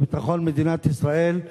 בביטחון מדינת ישראל.